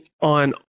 on